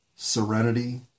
Serenity